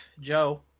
Joe